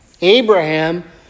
Abraham